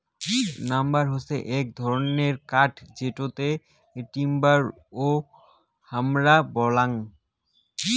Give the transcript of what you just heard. lumber হসে এক ধরণের কাঠ যেটোকে টিম্বার ও হামরা বলাঙ্গ